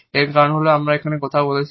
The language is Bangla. এর কারণ হল আমরা এখানে কথা বলছি